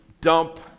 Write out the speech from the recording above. dump